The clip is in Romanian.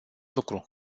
lucru